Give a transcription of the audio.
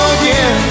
again